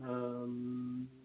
ह